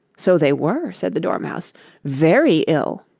so they were said the dormouse very ill